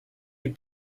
you